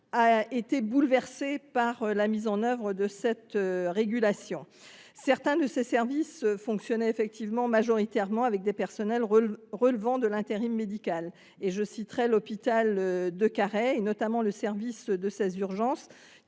a été bouleversé par la mise en œuvre de cette régulation. Certains de leurs services fonctionnaient en effet majoritairement avec des personnels relevant de l’intérim médical : c’est le cas de l’hôpital de Carhaix, notamment de son service d’urgence